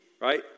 right